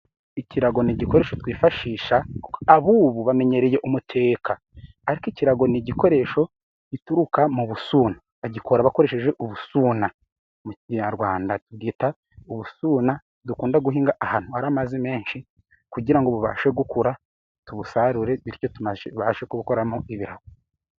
Ikirago ni igikoresho twifashisha ab'ubu bamenyereye umukeka, ariko ikirago ni igikoresho gituruka mu busuna bagikora bakoresheje ubusuna mu kinyarwanda tubyita ubusuna, dukunda guhinga ahantu hari amazi menshi kugira ngo bubashe gukura, tubusarure bityo tubashe kubukoramo ibirago.